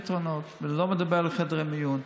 פתרונות, ואני לא מדבר על חדרי מיון.